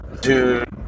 dude